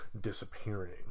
disappearing